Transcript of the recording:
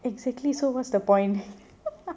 exactly so what's the point